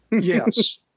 Yes